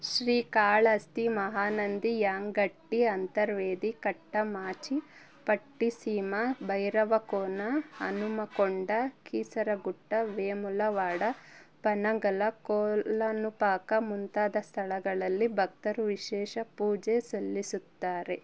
ಶ್ರೀಕಾಳಹಸ್ತಿ ಮಹಾನಂದಿ ಯಾಗಂಟಿ ಅಂತರ್ವೇದಿ ಕಟ್ಟಮಾಂಚಿ ಪಟ್ಟಿಸೀಮಾ ಭೈರವಕೋನ ಹನುಮಕೊಂಡ ಕೀಸರಗುಟ್ಟ ವೇಮುಲವಾಡ ಪನಗಲ ಕೋಲನುಪಾಕ ಮುಂತಾದ ಸ್ಥಳಗಳಲ್ಲಿ ಭಕ್ತರು ವಿಶೇಷ ಪೂಜೆ ಸಲ್ಲಿಸುತ್ತಾರೆ